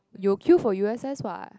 you will queue for u_s_s what